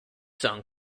sung